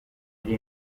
iri